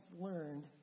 learned